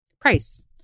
price